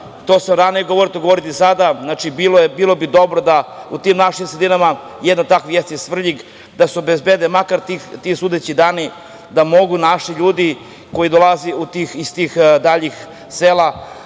sam i ranije govorio, to ću govoriti i sada, znači bilo bi dobro da u tim našim sredinama, jedan od takvih jeste i Svrljig, da se obezbede makar ti sudeći dani, da mogu naši ljudi, koji dolaze iz tih daljnih sela,